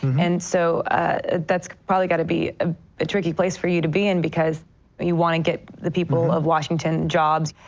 and so that's probably got to be a ah tricky place for you to be in because you want to get the people of washington jobs,